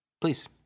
please